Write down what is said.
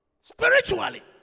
Spiritually